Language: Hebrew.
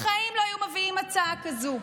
בחיים לא היו מביאים הצעה כזאת.